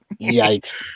Yikes